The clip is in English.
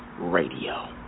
radio